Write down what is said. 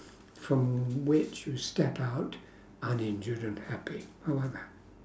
from which you step out uninjured and happy how about that